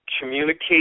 communicate